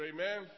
Amen